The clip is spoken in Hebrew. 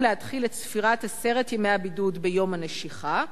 להתחיל את ספירת עשרת ימי הבידוד ביום הנשיכה,